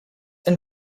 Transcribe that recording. and